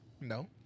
No